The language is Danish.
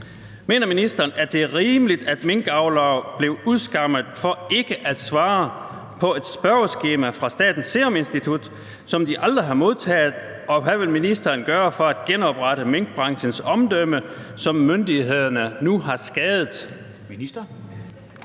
Mener ministeren, at det er rimeligt, at minkavlere blev udskammet for ikke at svare på et spørgeskema fra Statens Serum Institut, som de aldrig har modtaget, og hvad vil ministeren gøre for at genoprette minkbranchens omdømme, som myndighederne nu har skadet?